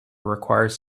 requires